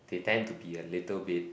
they tend to be a little bit